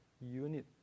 unit